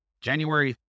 January